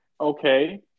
Okay